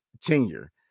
tenure